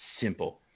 Simple